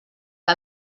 que